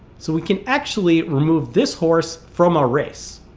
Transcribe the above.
so we can actually remove this horse from our race